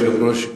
כבוד היושב-ראש,